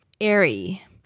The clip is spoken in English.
Airy